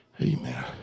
Amen